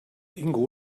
ingo